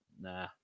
nah